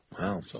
Wow